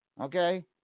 Okay